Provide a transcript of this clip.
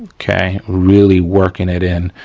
okay. really working it in.